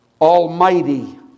Almighty